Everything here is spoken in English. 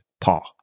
Paul